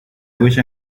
wished